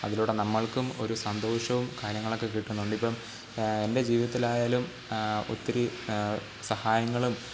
അതിലൂടെ നമ്മൾക്കും ഒരു സന്തോഷവും കാര്യങ്ങളൊക്കെ കിട്ടുന്നുണ്ട് ഇപ്പം എന്റെ ജീവിതത്തിലായാലും ഒത്തിരി സഹായങ്ങളും